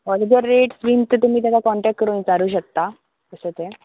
हय जर रेट बीन तुमी तेका कॉन्टेक्ट करून विचारू शकता कशें तें